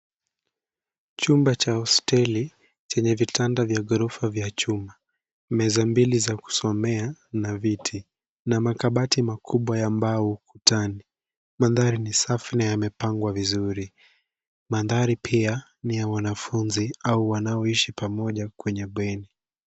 Chumba cha hosteli chenye vitanda vya ghorofa vya chuma, meza mbili za kusomea na viti na makabati makubwa ya mbao ukutani. Mandhari ni safi na yamepangwa vizuri. Mandhari pia ni ya wanafunzi au wanaoishi pamoja kwenye bweni.